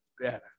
better